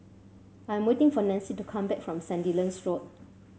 I am waiting for Nancie to come back from Sandilands Road